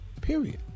Period